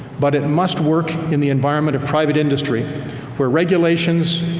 but it must work in the environment of private industry where regulations,